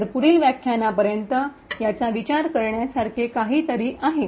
तर पुढील व्याख्यानापर्यंत याचा विचार करण्यासारखे काहीतरी आहे